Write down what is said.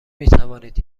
میتوانید